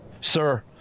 Sir